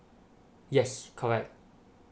yes correct